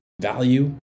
value